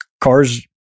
cars